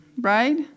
right